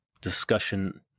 discussion